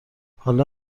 حالا